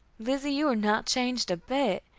lizzie, you are not changed a bit.